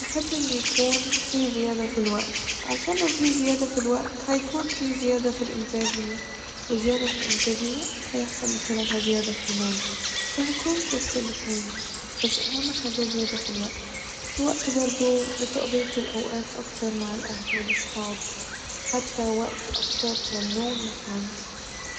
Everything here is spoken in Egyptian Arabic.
أحب إن يكون في زيادة في الوقت علشان لو في زيادة ف الوقت هيكون في زيادة ف الانتاجية وزيادة ف الانتاجية هيحصل من خلالها زيادة ف المال ، فهكون في وسط الاتنين ، بس أهم حاجة زيادة في الوقت ، الوقت برضه لتقضية الأوقات أكتر مع الأهل والاصحاب وحتى وقت أكتر للنوم مثلا